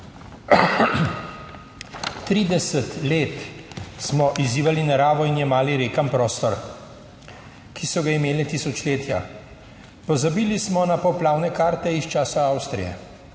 30 let smo izzivali naravo in jemali rekam prostor, ki so ga imele tisočletja. Pozabili smo na poplavne karte iz časa Avstrije,